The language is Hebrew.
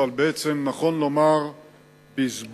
אבל בעצם נכון לומר בזבוז,